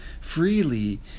freely